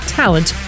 talent